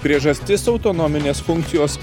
priežastis autonominės funkcijos